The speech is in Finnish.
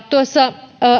tuossa